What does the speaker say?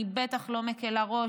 אני בטח לא מקילה ראש,